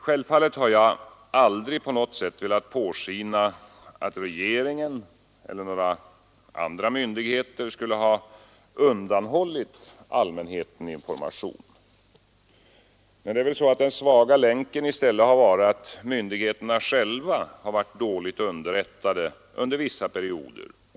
Självfallet har jag aldrig på något sätt velat låta påskina att regeringen eller några andra myndigheter skulle ha undanhållit allmänheten information. Den svaga länken har väl i stället varit den att myndigheterna själva har varit dåligt underrättade under vissa perioder.